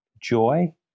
joy